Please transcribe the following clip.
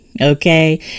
Okay